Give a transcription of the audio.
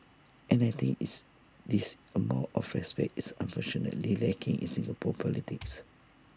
and I think is this amount of respect is unfortunately lacking in Singapore politics